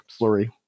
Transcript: slurry